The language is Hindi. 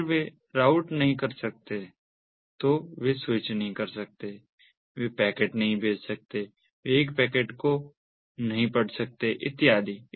अगर वे राऊट नहीं कर सकते तो वे स्विच नहीं कर सकते वे पैकेट नहीं भेज सकते वे एक पैकेट को नहीं पढ़ सकते इत्यादि